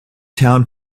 town